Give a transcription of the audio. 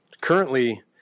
currently